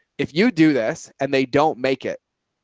if you do this and they don't make it,